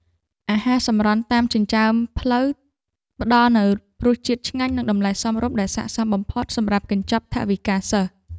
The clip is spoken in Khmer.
អាហារសម្រន់តាមចិញ្ចើមផ្លូវផ្តល់នូវរសជាតិឆ្ងាញ់និងតម្លៃសមរម្យដែលស័ក្តិសមបំផុតសម្រាប់កញ្ចប់ថវិកាសិស្ស។